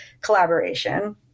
collaboration